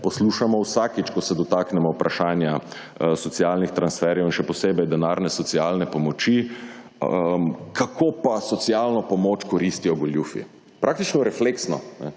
poslušamo vsakič, ko se dotaknemo vprašanja socialnih transferjev in še posebej denarne socialne pomoči, kako pa socialno pomoč koristijo goljufi. Praktično refleksno